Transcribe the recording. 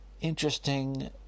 interesting